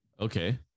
Okay